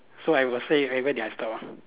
so I will say they are